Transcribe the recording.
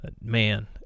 Man